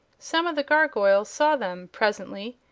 some of the gargoyles saw them, presently,